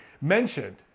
mentioned